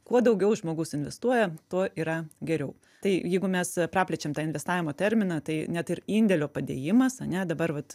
kuo daugiau žmogus investuoja tuo yra geriau tai jeigu mes praplečiam tą investavimo terminą tai net ir indėlio padėjimas ane dabar vat